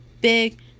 big